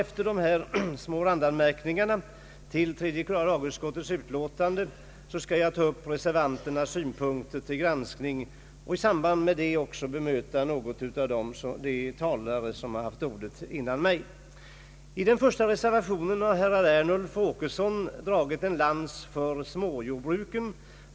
Efter dessa små randanmärkningar till tredje lagutskottets utlåtande skall jag ta upp reservanternas synpunkter till granskning och i samband därmed bemöta några av de talare som haft ordet före mig. I den första reservationen har herrar Ernulf och Åkesson dragit en lans för småjordbruket.